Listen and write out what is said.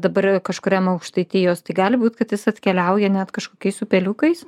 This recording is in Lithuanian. dabar yra kažkuriam aukštaitijos tai gali būt kad jis atkeliauja net kažkokiais upeliukais